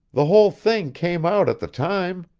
the whole thing came out at the time.